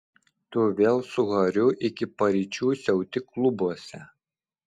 tu vėl su hariu iki paryčių siauti klubuose